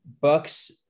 Bucks